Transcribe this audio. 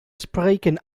spreken